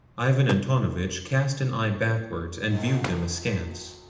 ivan antonovitch cast an eye backwards and viewed them askance.